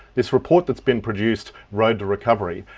this report that's been produced, road to recovery,